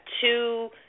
two